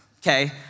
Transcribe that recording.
okay